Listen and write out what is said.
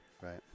Right